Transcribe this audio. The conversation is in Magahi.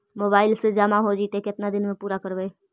मोबाईल से जामा हो जैतय, केतना दिन में पुरा करबैय?